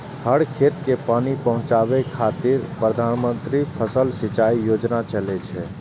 हर खेत कें पानि पहुंचाबै खातिर प्रधानमंत्री फसल सिंचाइ योजना चलै छै